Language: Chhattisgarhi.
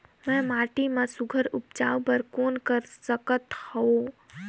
मैं माटी मा सुघ्घर उपजाऊ बर कौन कर सकत हवो?